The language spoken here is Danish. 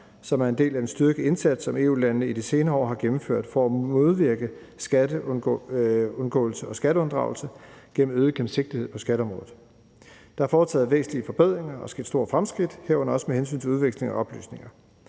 som er en del af en styrket indsats, som EU-landene i de senere år har gennemført for at modvirke skatteundgåelse og skatteunddragelse gennem øget gennemsigtighed på skatteområdet. Der er foretaget væsentlige forbedringer og sket store fremskridt, herunder også med hensyn til udveksling af oplysninger.